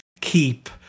keep